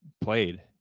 played